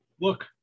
look